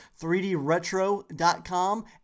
3DRetro.com